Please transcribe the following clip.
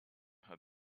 her